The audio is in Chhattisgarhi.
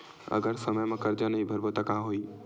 अगर समय मा कर्जा नहीं भरबों का होई?